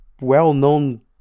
well-known